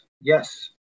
yes